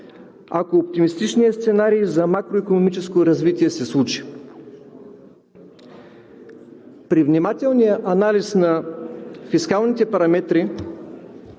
ако оптимистичният сценарий за макроикономическо развитие се случи. При внимателния анализ на фискалните параметри